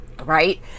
Right